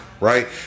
right